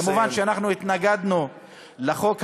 מובן שאנחנו התנגדנו לחוק המקורי,